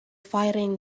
firing